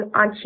on